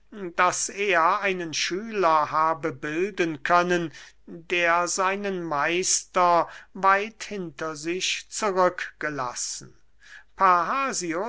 daß er einen schüler habe bilden können der seinen meister weit hinter sich zurückgelassen